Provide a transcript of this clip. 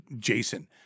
Jason